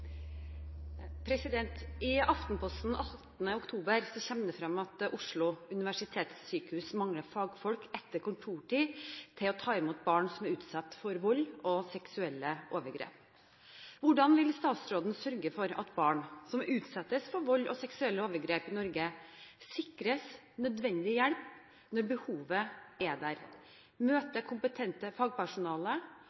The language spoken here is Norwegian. kommer i gang med prosjekter, og at vi kan bidra til å gi de menneskene som opplever dette, utfordrende svar og bedre kunnskap også for behandling. «I Aftenposten 18. oktober kommer det frem at Oslo universitetssykehus mangler fagfolk etter kontortid til å ta imot barn som er utsatt for vold og seksuelle overgrep. Hvordan vil statsråden sørge for at barn som utsettes for